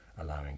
allowing